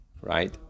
right